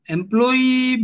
Employee